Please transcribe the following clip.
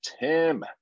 Tim